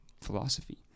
philosophy